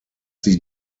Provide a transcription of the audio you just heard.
sich